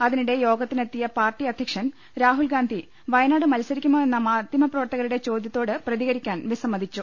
അതിനിടെ യോഗത്തിനെത്തിയ പാർട്ടി അധ്യക്ഷൻ രാഹുൽഗാന്ധി വയനാട് മത്സരിക്കുമോ എന്ന മാധ്യമ പ്രവർത്തകരുടെ ചോദൃത്തോട് പ്രതികരിക്കാൻ വിസ മ്മതിച്ചു